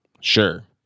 Sure